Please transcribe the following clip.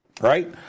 right